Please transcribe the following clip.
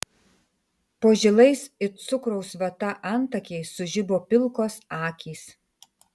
po žilais it cukraus vata antakiais sužibo pilkos akys